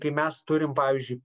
kai mes turim pavyzdžiui